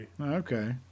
Okay